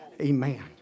Amen